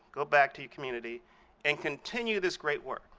go back to your community and continue this great work.